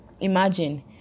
imagine